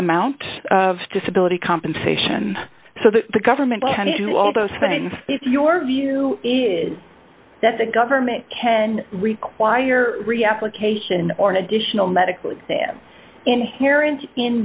amount of disability compensation so that the government can do all those things if your view is that the government can require reapplication or an additional medical exam inherent in